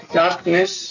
darkness